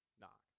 knock